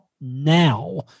now